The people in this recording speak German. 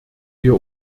wir